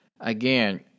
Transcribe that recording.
again